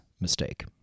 mistake